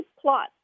plot